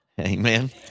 Amen